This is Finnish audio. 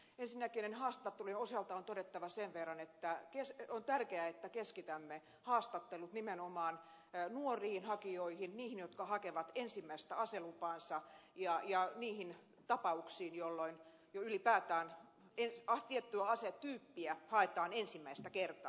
ensinnäkin näiden haastattelujen osalta on todettava sen verran että on tärkeää että keskitämme haastattelut nimenomaan nuoriin hakijoihin niihin jotka hakevat ensimmäistä aselupaansa ja niihin tapauksiin jolloin jo ylipäätään tiettyä asetyyppiä haetaan ensimmäistä kertaa